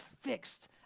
fixed